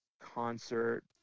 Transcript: concert